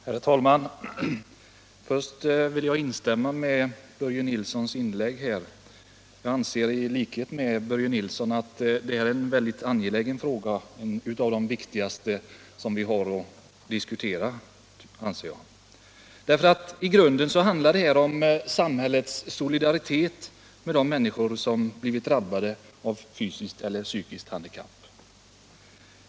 Herr talman! Först vill jag instämma i Börje Nilssons inlägg här. Jag anser i likhet med Börje Nilsson att detta är en mycket angelägen fråga - en av de viktigaste vi har att diskutera. I grunden handlar detta om samhällets solidaritet med de människor som har blivit drabbade av fysiskt eller psykiskt handikapp.